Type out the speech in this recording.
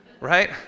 Right